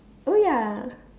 oh ya